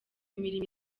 imirimo